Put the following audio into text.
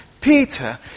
Peter